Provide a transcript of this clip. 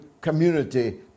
community